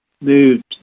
moved